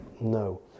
no